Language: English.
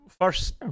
first